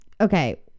okay